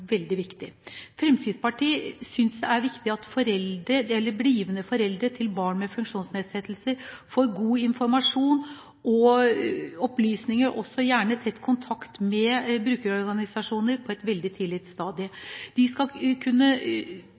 er viktig at blivende foreldre til barn med funksjonsnedsettelse får god informasjon og opplysning – også gjerne tett kontakt med brukerorganisasjoner – på et veldig tidlig stadium. De skal vite at de skal kunne